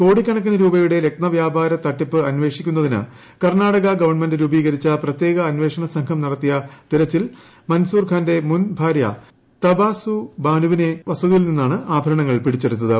കോടിക്കണക്കിന് രൂപയുടെ രത്നവ്യാപാര തട്ടിപ്പ് അന്വേഷിക്കുന്നതിന് കർണ്ണാടക ഗവൺമെന്റ് രൂപീകരിച്ച പ്രത്യേക അന്വേഷണസംഘം നടത്തിയ തെരച്ചിൽ മൻസൂർ ഖാന്റെ മുൻ ഭാരൃ തബാന്യു ബാനുവിന്റെ വസതിയിൽ നിന്നാണ് ആഭരണങ്ങൾ പിടിച്ചെടുത്തത്